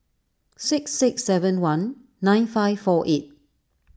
six six seven one nine five four eight